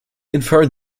infer